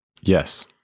Yes